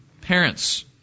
Parents